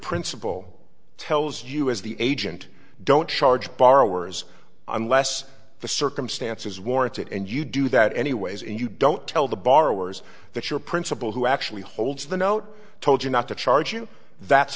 principal tells you as the agent don't charge borrowers unless the circumstances warrant it and you do that anyways and you don't tell the borrowers that your principal who actually holds the note told you not to charge you that's